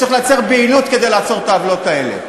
צריך לייצר בהילות כדי לעצור את העוולות האלה,